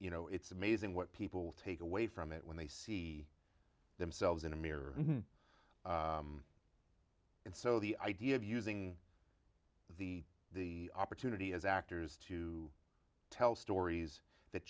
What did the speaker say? you know it's amazing what people take away from it when they see themselves in a mirror and so the idea of using the the opportunity as actors to tell stories that